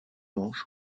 manches